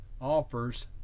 offers